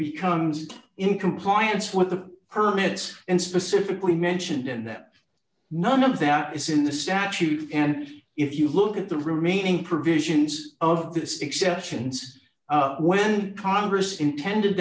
be comes in compliance with the permits and specifically mentioned in that none of that is in the statute and if you look at the remaining provisions of this exceptions when congress intended